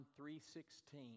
3.16